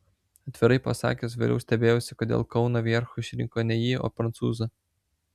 atvirai pasakius vėliau stebėjausi kodėl kauno vierchu išrinko ne jį o prancūzą